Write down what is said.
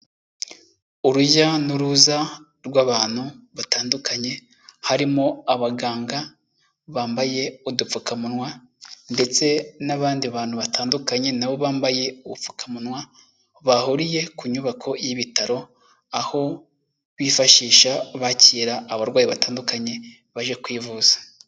Urujya n'uruza rw'abantu batandukanye, harimo abaganga bambaye udupfukamunwa ndetse n'abandi bantu batandukanye nabo bambaye ubupfukamunwa, bahuriye ku nyubako y'ibitaro, aho bifashisha bakira abarwayi batandukanye baje kwivuza.